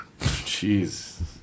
Jeez